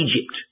Egypt